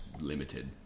limited